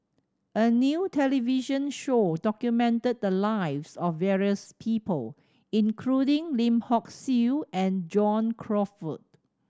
a new television show documented the lives of various people including Lim Hock Siew and John Crawfurd